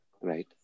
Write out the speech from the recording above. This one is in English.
right